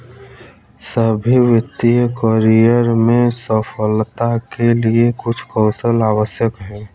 सभी वित्तीय करियर में सफलता के लिए कुछ कौशल आवश्यक हैं